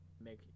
make –